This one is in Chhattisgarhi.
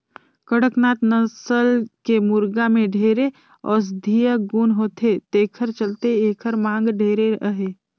कड़कनाथ नसल के मुरगा में ढेरे औसधीय गुन होथे तेखर चलते एखर मांग ढेरे अहे